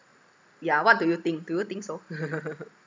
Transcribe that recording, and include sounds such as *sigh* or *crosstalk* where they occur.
yeah what do you think do you think so *laughs*